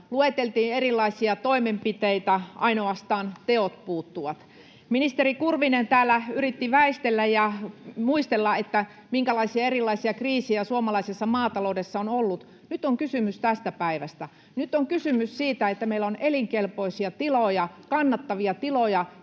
Lueteltiin erilaisia toimenpiteitä, ainoastaan teot puuttuvat. Ministeri Kurvinen täällä yritti väistellä ja muistella, minkälaisia erilaisia kriisejä suomalaisessa maataloudessa on ollut. Nyt on kysymys tästä päivästä. Nyt on kysymys siitä, että meillä on elinkelpoisia tiloja, kannattavia tiloja,